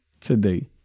today